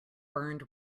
burned